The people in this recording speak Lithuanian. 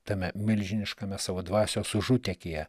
tame milžiniškame savo dvasios užutekyje